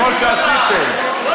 כמו שעשיתם.